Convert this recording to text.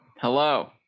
hello